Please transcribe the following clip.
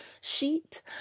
sheet